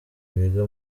biga